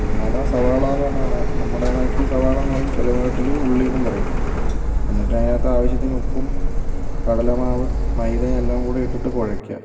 ഉള്ളിയെന്ന് പറഞ്ഞാ സവാള എന്ന പറഞ്ഞു കാണാം നമ്മുടെ നാട്ടിൽ സവാള എന്ന് പറയും ചില നാട്ടിൽ ഉള്ളി എന്നും പറയും എന്നിട്ട് അതിനകത്ത് ആവശ്യത്തിന് ഉപ്പും കടലമാവ് മൈദയും എല്ലാം കൂടെ ഇട്ടിട്ട് കുഴയ്ക്കുക